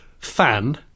fan